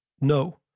No